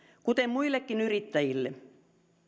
kuten muillekin yrittäjille